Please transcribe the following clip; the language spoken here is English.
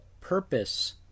purpose